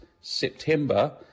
September